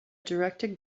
directed